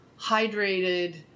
hydrated